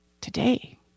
Today